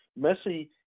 Messi